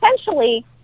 essentially